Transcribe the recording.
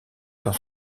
dans